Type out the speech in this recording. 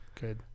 Good